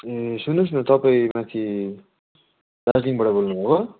ए सुन्नुहोस् न तपाईँ माथि दार्जिलिङबाट बोल्नुभएको हो